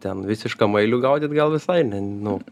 ten visišką mailių gaudyt gal visai ne nu